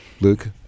Luke